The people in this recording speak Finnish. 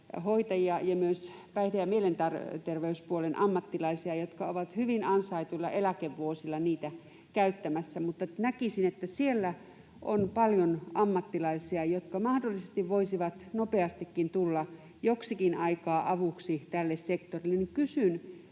hoitajia ja myös päihde- ja mielenterveyspuolen ammattilaisia, jotka ovat hyvin ansaituilla eläkevuosilla niitä käyttämässä, mutta näkisin, että siellä on paljon ammattilaisia, jotka mahdollisesti voisivat nopeastikin tulla joksikin aikaa avuksi tälle sektorille. Kysyn: